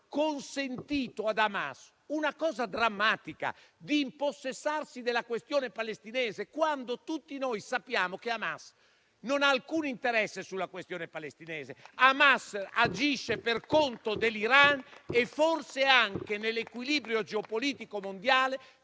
consentito ad Hamas una cosa drammatica, di impossessarsi cioè della questione palestinese. Noi sappiamo invece che Hamas non ha alcun interesse sulla questione palestinese, ma agisce per conto dell'Iran e forse, nell'equilibrio geopolitico mondiale,